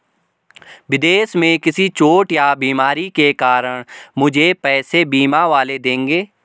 विदेश में किसी चोट या बीमारी के कारण मुझे पैसे बीमा वाले देंगे